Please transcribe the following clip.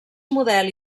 model